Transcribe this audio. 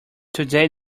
today